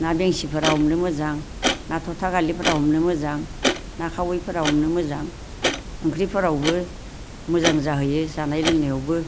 ना बेंसिफोरा हमनो मोजां ना थ'थागालिफोरा हमनो मोजां ना खावैफोरा हमनो मोजां ओंख्रिफ्रावबो मोजां जाहैयो जानाय लोंनायावबो